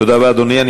תודה, אדוני.